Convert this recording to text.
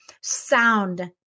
sound